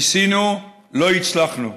ניסינו, לא הצלחנו.